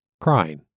Crying